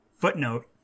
Footnote